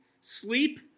Sleep